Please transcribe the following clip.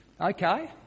Okay